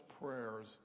prayers